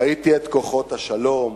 ראיתי את כוחות השלום,